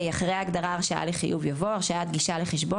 אחרי ההגדרה "הרשאה לחיוב" יבוא: ""הרשאת גישה לחשבון"